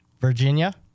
Virginia